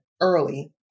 early